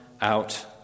out